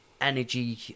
energy